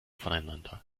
voneinander